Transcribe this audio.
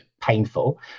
painful